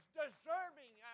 deserving